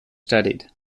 studied